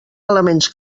elements